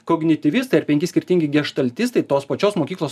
kognityvistai ar penki skirtingi geštaltistai tos pačios mokyklos